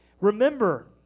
Remember